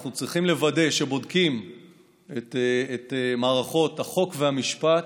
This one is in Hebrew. אנחנו צריכים לוודא שבודקים את מערכות החוק והמשפט,